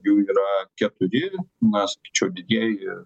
jų yra keturi na sakyčiau didieji